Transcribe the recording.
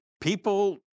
People